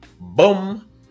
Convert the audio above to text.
boom